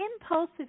impulsive